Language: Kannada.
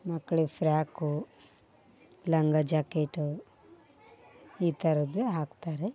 ಮಕ್ಳಿಗೆ ಫ್ರ್ಯಾಕು ಲಂಗ ಜಾಕೇಟು ಈ ಥರದ್ದು ಹಾಕ್ತಾರೆ